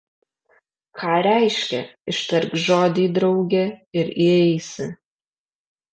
ką reiškia ištark žodį drauge ir įeisi